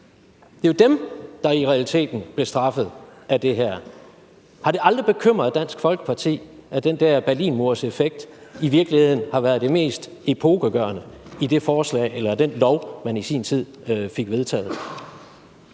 Det er jo dem, der i realiteten bliver straffet af det her. Har det aldrig bekymret Dansk Folkeparti, at den der Berlinmurseffekt i virkeligheden har været det mest epokegørende i den lov, man i sin tid fik vedtaget?